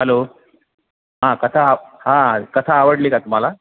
hello हां कथा हां कथा आवडली का तुम्हाला